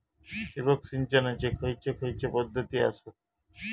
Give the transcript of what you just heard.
ठिबक सिंचनाचे खैयचे खैयचे पध्दती आसत?